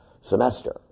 semester